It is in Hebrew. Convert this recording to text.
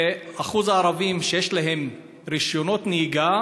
שיעור הערבים שיש להם רישיונות נהיגה